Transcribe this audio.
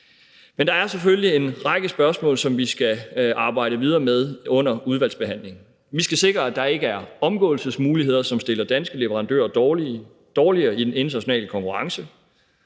Men der er selvfølgelig en række spørgsmål, som vi skal arbejde videre med under udvalgsbehandlingen. Vi skal sikre, at der ikke er omgåelsesmuligheder, som stiller danske leverandører dårligere i den internationale konkurrence,